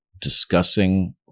discussing